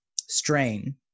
strain